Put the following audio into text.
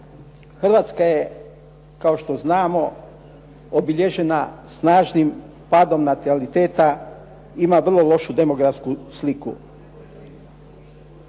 Hrvatska je, kao što znamo, obilježena snažnim padom nataliteta, ima vrlo lošu demografsku sliku.